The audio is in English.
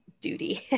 duty